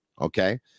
okay